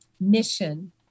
mission